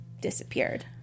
disappeared